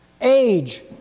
Age